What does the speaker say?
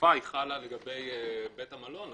שהחלופה חלה לגבי בית המלון,